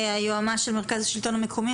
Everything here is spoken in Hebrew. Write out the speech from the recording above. היועץ המשפטי של מרכז השלטון המקומי,